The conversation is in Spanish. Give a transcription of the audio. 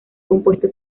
compuesto